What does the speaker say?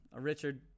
Richard